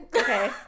okay